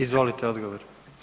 Izvolite odgovor.